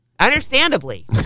Understandably